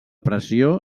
pressió